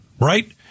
Right